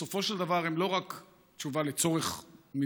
בסופו של דבר הם לא רק תשובה לצורך מבצעי,